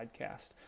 podcast